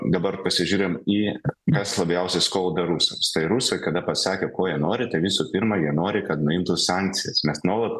dabar pasižiūrim į kas labiausiai skauda rusams tai rusai kada pasakė ko jie nori tai visų pirma jie nori kad nuimtų sankcijas mes nuolat